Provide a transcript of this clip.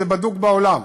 זה בדוק בעולם.